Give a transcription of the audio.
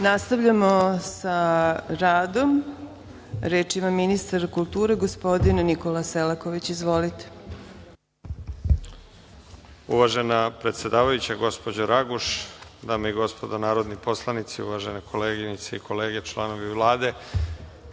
Nastavljamo sa radom. Reč ima ministar kulture, gospodin Nikola Selaković. Izvolite. **Nikola Selaković** Uvažena predsedavajuća, gospođo Raguš, dame i gospodo narodni poslanici, uvažene koleginice i kolege članovi Vlade,